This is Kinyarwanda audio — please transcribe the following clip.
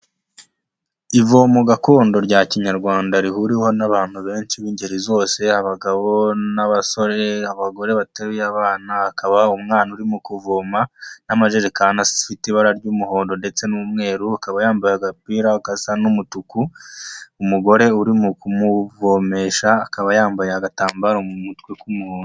Ivomo gakondo rya kinyarwanda rihuriweho n'abantu benshi b'ingeri zose, abagabo n'abaso abagore bateruye abana, hakaba umwana uri mu kuvoma n'amajerekani afite ibara ry'umuhondo ndetse n'umweru, akaba yambaye agapira gasa n'umutuku, umugore uri mu kumuvomesha akaba yambaye agatambaro mu mutwe k'umuhondo.